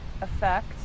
effect